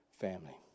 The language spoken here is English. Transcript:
family